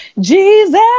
Jesus